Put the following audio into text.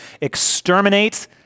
exterminate